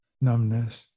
numbness